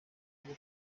rwo